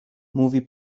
mówi